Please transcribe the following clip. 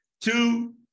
two